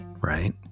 right